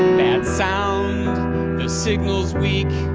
bad sound, the signal's weak,